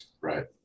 Right